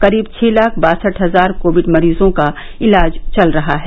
करीब छह लाख बासठ हजार कोविड मरीजों का इलाज चल रहा है